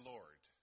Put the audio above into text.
Lord